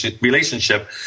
relationship